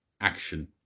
action